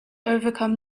overcome